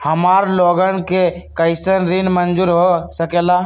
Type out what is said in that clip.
हमार लोगन के कइसन ऋण मंजूर हो सकेला?